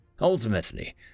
Ultimately